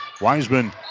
Wiseman